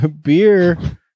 beer